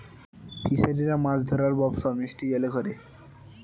ফিসারিরা মাছ ধরার ব্যবসা মিষ্টি জলে করে